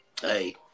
Hey